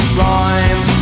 rhyme